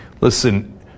Listen